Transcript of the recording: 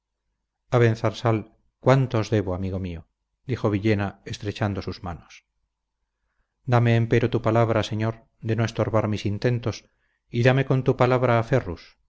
pérez abenzarsal cuánto os debo amigo mío dijo villena estrechando sus manos dame empero tu palabra señor de no estorbar mis intentos y dame con tu palabra a ferrus